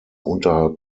unterhalb